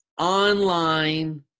online